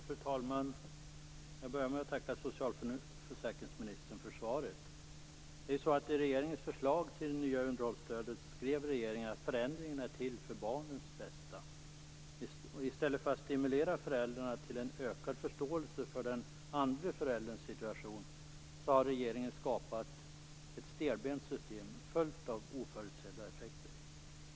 Fru talman! Jag börjar med att tacka socialförsäkringsministern för svaret. I regeringens förslag till det nya underhållsstödet skrev regeringen att förändringen är till för barnens bästa. I stället för att stimulera föräldrarna till en ökad förståelse för den andre förälderns situation har regeringen skapat ett stelbent system, fullt av oförutsedda effekter.